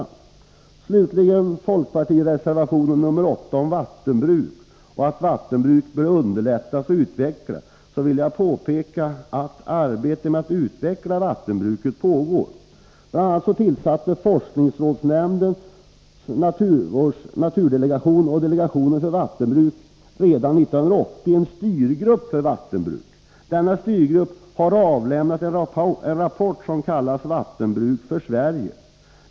När det slutligen gäller folkpartireservation nr 8 om vattenbruk, där man anser att vattenbruket bör underlättas och utvecklas, vill jag påpeka att arbetet med utveckling av vattenbruket pågår. Bl. a. tillsatte forskningsrådsnämndens naturdelegation och delegationen för vattenbruk redan 1980 en styrgrupp för vattenbruk. Denna styrgrupp har avlämnat en rapport, kallad Vattenbruk för Sverige.